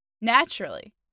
Naturally